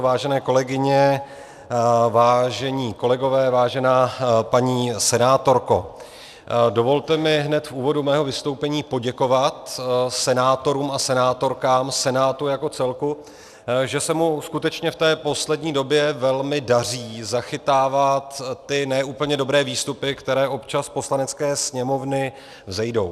Vážené kolegyně, vážení kolegové, vážená paní senátorko, dovolte mi hned v úvodu mého vystoupení poděkovat senátorům a senátorkám, Senátu jako celku, že se mu skutečně v té poslední době velmi daří zachytávat ty ne úplně dobré výstupy, které občas z Poslanecké sněmovny vzejdou.